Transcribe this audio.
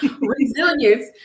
resilience